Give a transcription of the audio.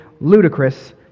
ludicrous